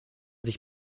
sich